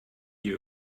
hier